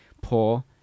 poor